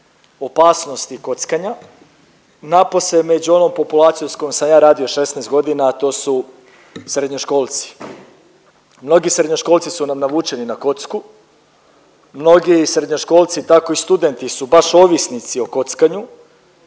opasnosti kockanja napose među onom populacijom s kojim sam ja radio 16 godina, a to su srednjoškolci. Mnogi srednjoškolci su nam navučeni na kocku, mnogi srednjoškolci tako i studenti su baš ovisnici o kockanju